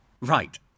Right